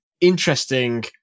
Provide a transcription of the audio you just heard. interesting